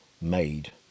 made